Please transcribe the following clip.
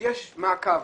יש מעקב,